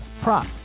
prop